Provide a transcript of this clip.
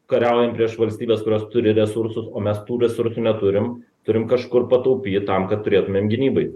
kariaujam prieš valstybes kurios turi resursų o mes tų resursų neturim turim kažkur pataupyt tam kad turėtumėm gynybai